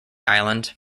island